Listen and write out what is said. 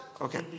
Okay